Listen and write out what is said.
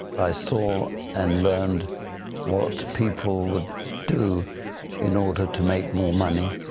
i saw and learned what people would do in order to make more money,